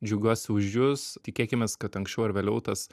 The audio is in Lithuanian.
džiaugiuosi už jus tikėkimės kad anksčiau ar vėliau tas